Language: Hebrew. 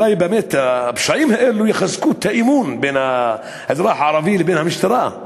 אולי באמת הפשעים האלו יחזקו את האמון בין האזרח הערבי לבין המשטרה.